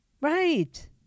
right